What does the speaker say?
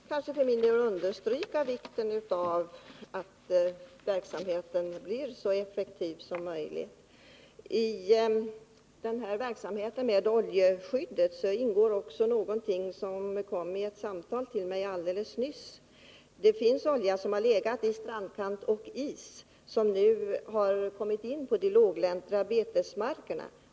Fru talman! Jag tackar för det kompletterande svaret, och jag vill för min del understryka vikten av att verksamheten blir så effektiv som möjligt. När det gäller oljesaneringsverksamheten vill jag ta upp en sak som aktualiserades för mig genom ett samtal jag hade alldeles nyss. Det gäller olja som legat på isen efter stränderna och som nu har kommit in på de låglänta betesmarkerna.